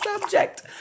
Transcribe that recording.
subject